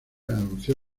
anunció